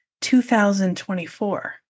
2024